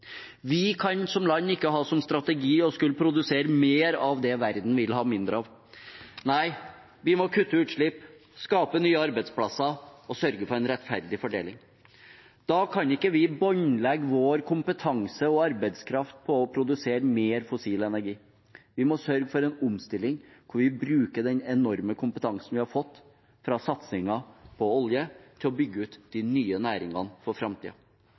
som land, kan ikke ha som strategi å skulle produsere mer av det verden vil ha mindre av. Nei, vi må kutte utslipp, skape nye arbeidsplasser og sørge for en rettferdig fordeling. Da kan vi ikke båndlegge vår kompetanse og arbeidskraft på å produsere mer fossil energi. Vi må sørge for en omstilling hvor vi bruker den enorme kompetansen vi har fått fra satsingen på olje, til å bygge ut de nye næringene for